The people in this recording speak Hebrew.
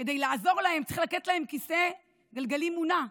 וכדי לעזור להם צריך לתת להם כיסא גלגלים מונע,